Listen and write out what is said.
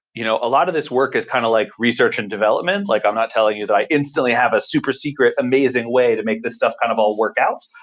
you know a lot of this work is kind of like research and development. like i'm not telling you that i instantly have a super-secret amazing way to make this stuff kind of all work out.